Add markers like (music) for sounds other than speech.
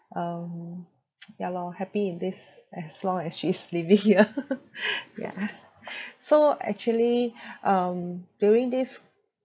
um (noise) ya lor happy in this as long as she is living here (laughs) yeah so actually um during this